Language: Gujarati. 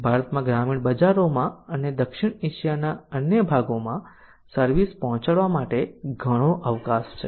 ભારતમાં ગ્રામીણ બજારોમાં અને દક્ષિણ એશિયાના અન્ય ભાગોમાં સર્વિસ પહોંચાડવા માટે ઘણો અવકાશ છે